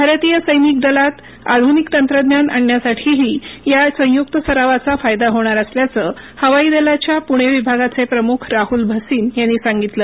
भारतीय सैनिक दलात आधुनिक तंत्रज्ञान आणण्यासाठीही या संयुक्त सरावाचा फायदा होणार असल्याचं हवाई दलाच्या पुणे विभागाचे प्रमुख राहुल भसीन यांनी सांगितलं